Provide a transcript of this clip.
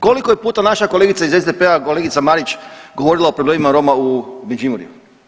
Koliko je puta naša kolegica iz SDP-a kolegica Marić govorila o problemima Roma u Međimurju?